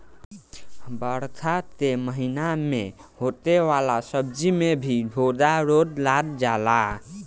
बरखा के महिना में होखे वाला सब्जी में भी घोघा रोग लाग जाला